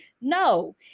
No